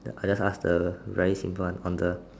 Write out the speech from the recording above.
I just ask the very simple one on the